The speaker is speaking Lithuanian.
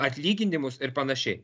atlyginimus ir panašiai